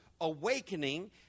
awakening